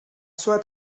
sua